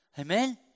amen